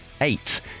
eight